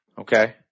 okay